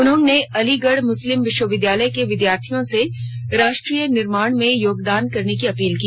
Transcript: उन्होंने अलीगढ मुस्लिम विश्वविद्यालय के विद्यार्थियों से राष्ट्री निर्माण में योगदान करने की अपील की